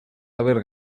haber